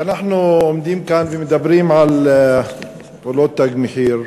כשאנחנו עומדים כאן ומדברים על פעולות "תג מחיר"